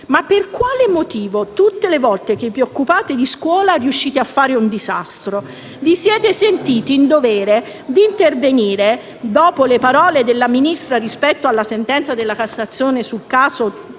Ma per quale motivo tutte le volte che vi occupate di scuola riuscite a fare un disastro? Vi siete sentiti in dovere di intervenire dopo le parole della Ministra rispetto alla sentenza della Cassazione sul caso